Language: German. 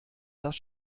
das